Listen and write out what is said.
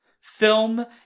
film